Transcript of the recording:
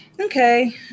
Okay